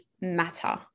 matter